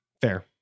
Fair